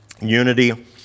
unity